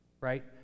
right